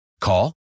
Call